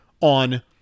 on